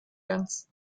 ganz